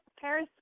Paris